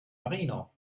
marino